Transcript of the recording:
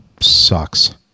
sucks